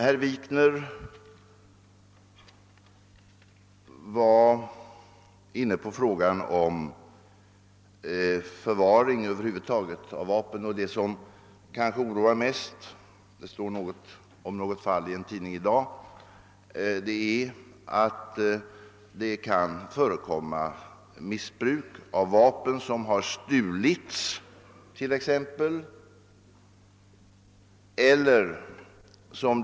Herr Wikner var inne på frågan om förvaring av vapen över huvud taget. Vad som oroar mest — det skrivs om ett fall i en tidning i dag — är att det kan förekomma missbruk av vapen som t.ex. har stulits.